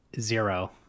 Zero